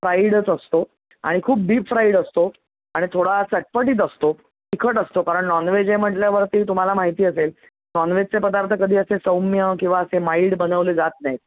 फ्राईडच असतो आणि खूप डीप फ्राईड असतो आणि थोडा चटपटीत असतो तिखट असतो कारण नॉन वेज आहे म्हणल्यावरती तुम्हाला माहिती असेल नॉन वेजचे पदार्थ कधी असे सौम्य किंवा असे माईल्ड बनवले जात नाहीत